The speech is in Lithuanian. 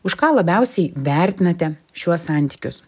už ką labiausiai vertinate šiuos santykius